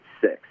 six